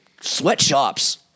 sweatshops